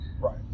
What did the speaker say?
Right